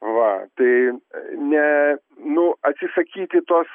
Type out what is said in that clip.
va tai ne nu atsisakyti tos